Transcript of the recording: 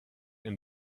and